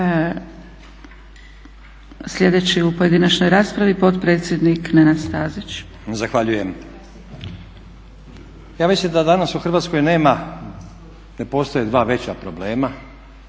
Sljedeći u pojedinačnoj raspravi, potpredsjednik Nenad Stazić. **Stazić, Nenad (SDP)** Zahvaljujem. Ja mislim da danas u Hrvatskoj nema, ne postoje dva veća problema